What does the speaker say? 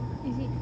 is it